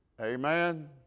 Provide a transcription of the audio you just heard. amen